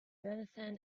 johnathan